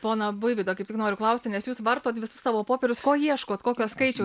pone buivyda kaip tik noriu klausti nes jūs vartot visus savo popierius ko ieškot kokio skaičiaus